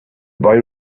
boy